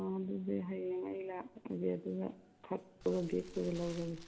ꯑꯣ ꯑꯗꯨꯗꯤ ꯍꯌꯦꯡ ꯑꯩ ꯂꯥꯛꯑꯒꯦ ꯑꯗꯨꯒ ꯐꯛꯇꯨꯒ ꯕꯦꯛꯇꯨꯒ ꯂꯧꯔꯒꯦ